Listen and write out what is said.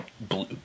blue